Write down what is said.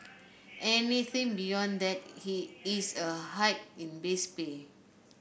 anything beyond that is a hike in base pay